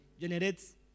generates